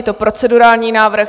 Je to procedurální návrh.